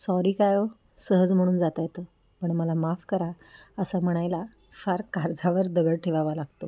sorry काय हो सहज म्हणून जाता येतं पण मला माफ करा असं म्हणायला फार काळजावर दगड ठेवावा लागतो